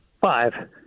Five